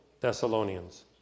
Thessalonians